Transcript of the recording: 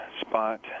spot